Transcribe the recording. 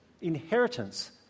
inheritance